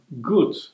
good